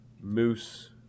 moose